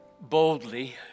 boldly